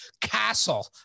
castle